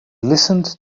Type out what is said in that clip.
listened